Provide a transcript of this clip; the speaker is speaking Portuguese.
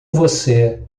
você